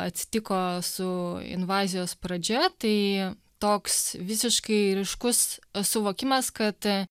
atsitiko su invazijos pradžia tai toks visiškai ryškus suvokimas kad